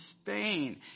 Spain